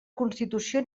constitució